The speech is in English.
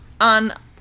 on